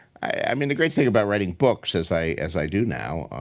i mean, the great thing about writing books, as i as i do now,